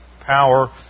power